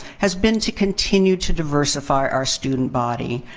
has been to continue to diversify our student body.